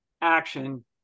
action